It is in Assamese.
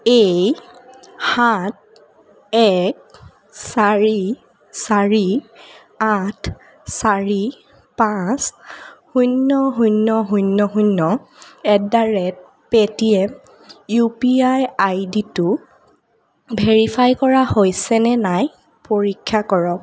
এই সাত এক চাৰি চাৰি আঠ চাৰি পাঁচ শূন্য শূন্য শূন্য শূন্য at the rate Paytm U P I ID টো ভেৰিফাই কৰা হৈছেনে নাই পৰীক্ষা কৰক